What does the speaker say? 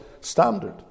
standard